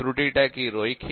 ত্রুটিটা কি রৈখিক